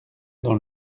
dans